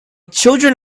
children